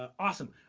ah awesome,